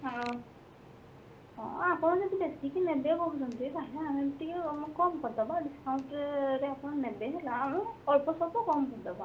ହଁ ଆପଣ ଯଦି ବେଶୀ କି ନେବେ କହୁଛନ୍ତି ତା'ହେଲେ ଆମେ ବି ଟିକେ କମ୍ କରିଦେବା ଡିସ୍କାଉଣ୍ଟରେ ଆପଣ ନେବେ ହେଲା ଆମକୁ ଅଳ୍ପ କମ୍ କରିଦେବା